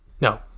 No